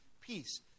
peace